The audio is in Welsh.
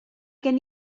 gen